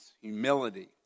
humility